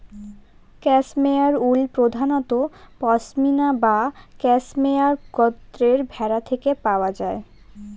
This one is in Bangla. ক্যাশমেয়ার উল প্রধানত পসমিনা বা ক্যাশমেয়ার গোত্রের ভেড়া থেকে পাওয়া যায়